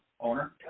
Owner